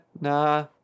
nah